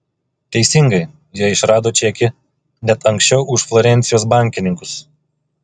teisingai jie išrado čekį net anksčiau už florencijos bankininkus